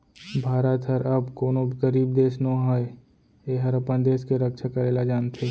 भारत हर अब कोनों गरीब देस नो हय एहर अपन देस के रक्छा करे ल जानथे